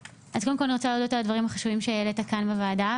קודם כל אני רוצה להודות לך על הדברים החשובים שהעלית כאן בוועדה.